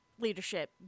leadership